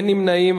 אין נמנעים.